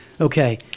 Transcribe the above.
Okay